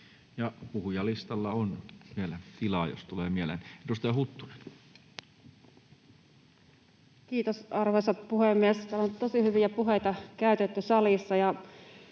puhujalistalla on vielä tilaa, jos tulee mieleen. — Edustaja Huttunen. Kiitos, arvoisa puhemies! Täällä on tosi hyviä puheita käytetty salissa